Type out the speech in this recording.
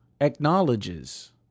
acknowledges